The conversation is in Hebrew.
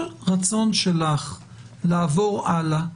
כל רצון שלך לעבור הלאה,